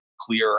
clear